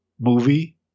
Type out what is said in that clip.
movie